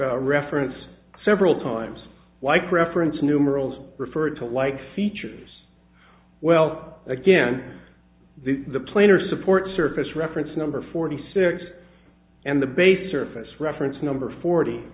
reference several times like reference numerals referred to like features well again the plane or support surface reference number forty six and the base surface reference number forty